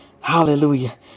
Hallelujah